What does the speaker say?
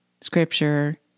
Scripture